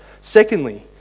Secondly